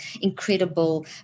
incredible